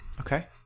Okay